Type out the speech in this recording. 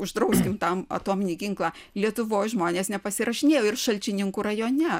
uždrauskim tam atominį ginklą lietuvoj žmonės nepasirašinėjo ir šalčininkų rajone